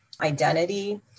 identity